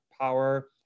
Power